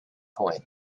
point